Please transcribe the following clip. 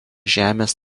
žemės